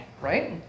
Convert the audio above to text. right